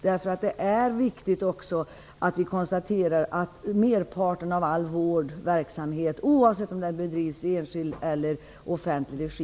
Det är viktigt att vi konstaterar att merparten av all vårdverksamhet är bra i Sverige, oavsett om den bedrivs i enskild eller offentlig regi.